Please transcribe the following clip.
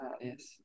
yes